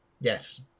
Yes